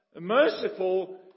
merciful